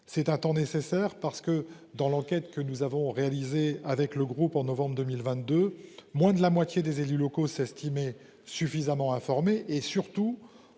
C'est un temps nécessaire, parce que dans l'enquête que nous avons réalisé avec le groupe en novembre 2022. Moins de la moitié des élus locaux s'estimer suffisamment informés et surtout